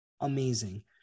amazing